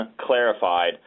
clarified